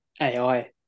AI